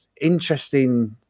interesting